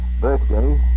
birthday